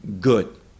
good